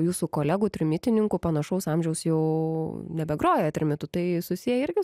jūsų kolegų trimitininkų panašaus amžiaus jau nebegroja trimitu tai susiję irgi